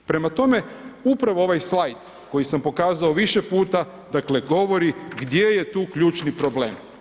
Prema tome, upravo ovaj slajd koji sam pokazao više puta govori gdje je tu ključni problem.